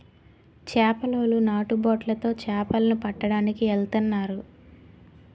చేపలోలు నాటు బొట్లు తో చేపల ను పట్టడానికి ఎల్తన్నారు